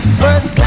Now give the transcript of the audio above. first